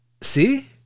See